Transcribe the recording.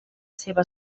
seva